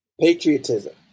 Patriotism